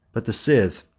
but the scythe,